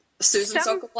Susan